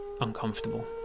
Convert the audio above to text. uncomfortable